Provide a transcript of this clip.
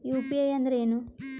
UPI ಅಂದ್ರೆ ಏನು?